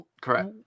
correct